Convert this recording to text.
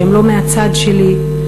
שהן לא מהצד שלי,